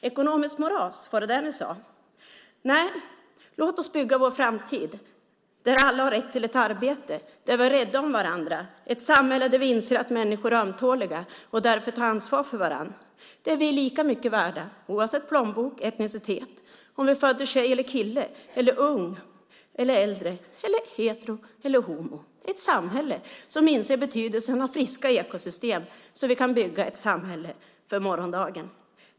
Ekonomiskt moras, var det så ni sade? Nej, låt oss bygga vår framtid där alla har rätt till ett arbete och där vi är rädda om varandra, ett samhälle där vi inser att människor är ömtåliga och därför tar ansvar för varandra, där vi är lika mycket värda oavsett plånbok, etnicitet, om man är född till tjej eller kille, om man är ung eller äldre, hetero eller homo - ett samhälle som inser betydelsen av friska ekosystem så att vi kan bygga ett samhälle för morgondagen.